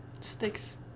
Sticks